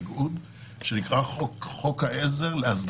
איגוד ערים כינרת אנחנו עוברים להצעת